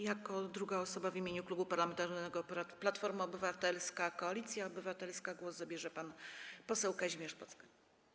Jako druga osoba w imieniu Klubu Parlamentarnego Platforma Obywatelska - Koalicja Obywatelska głos zabierze pan poseł Kazimierz Plocke.